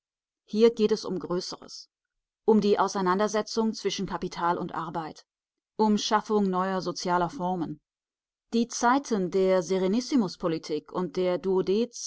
hier geht es um größeres um die auseinandersetzung zwischen kapital und arbeit um schaffung neuer sozialer formen die zeiten der serenissimuspolitik und der